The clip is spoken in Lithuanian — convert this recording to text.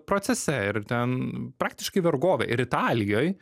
procese ir ten praktiškai vergovė ir italijoj